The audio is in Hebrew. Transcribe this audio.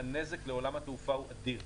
הנזק לעולם התעופה הוא אדיר.